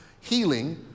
healing